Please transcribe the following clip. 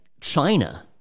china